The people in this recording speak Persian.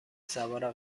سوار